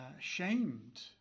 shamed